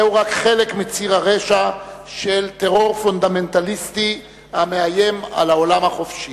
זהו רק חלק מ"ציר הרשע" של טרור פונדמנטליסטי המאיים על העולם החופשי.